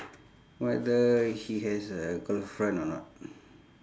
whether he has a girlfriend or not